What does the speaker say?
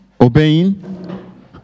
Obeying